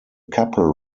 couple